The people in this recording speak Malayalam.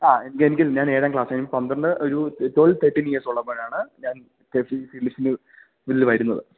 ആ എനിക്കൊരു ഞാൻ ഏഴാം ക്ലാസിൽ പന്ത്രണ്ട് ഒരു ട്വെൽവ് തേർട്ടീൻ ഇയേഴ്സ് ഉള്ളപ്പോഴാണ് ഞാൻ കെ പി സി ലിസ്റ്റില് മുന്നില് വരുന്നത്